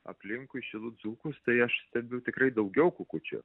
aplinkui šilų dzūkus tai aš stebiu tikrai daugiau kukučių